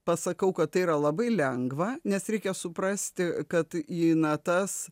pasakau kad tai yra labai lengva nes reikia suprasti kad į natas